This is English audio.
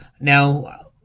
Now